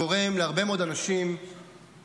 גורם להרבה מאוד אנשים בעולם,